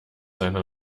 seiner